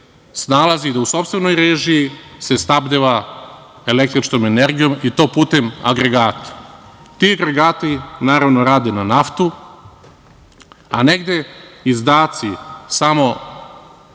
snalazi da u sopstvenoj režiji se snabdeva električnom energijom, i to putem agregata. Ti agregati, naravno, rade na naftu, a negde izdaci samo